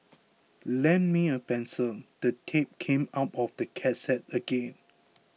lend me a pencil the tape came out of the cassette again